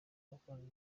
umukunzi